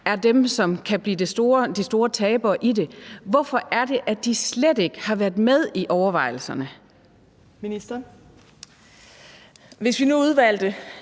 er dem, som kan blive de store tabere i det. Hvorfor er det, at de slet ikke har været med i overvejelserne? Kl. 14:33 Fjerde